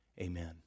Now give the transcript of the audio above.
amen